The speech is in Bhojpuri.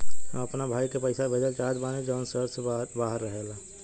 हम अपना भाई के पइसा भेजल चाहत बानी जउन शहर से बाहर रहेला